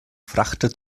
frachter